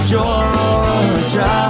Georgia